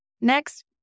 Next